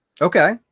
Okay